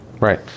right